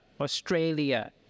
Australia